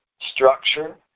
structure